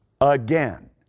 Again